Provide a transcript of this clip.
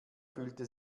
fühlte